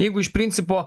jeigu iš principo